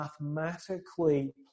mathematically